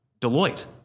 Deloitte